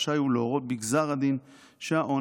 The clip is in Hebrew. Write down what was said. רשאי הוא להורות בגזר הדין שהעונש,